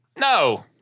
No